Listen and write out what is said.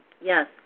Yes